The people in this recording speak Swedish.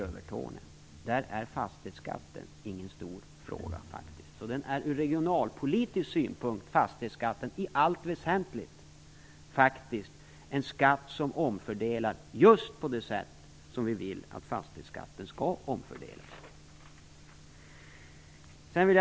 Där är inte fastighetsskatten någon stor fråga. Från regionalpolitisk synpunkt är fastighetsskatten i allt väsentligt en skatt som omfördelar just på det sätt som vi vill att fastighetsskatten skall omfördela.